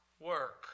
work